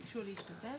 הם ביקשו להשתתף.